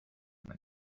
that